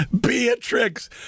Beatrix